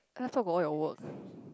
laptop got all your work